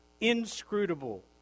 inscrutable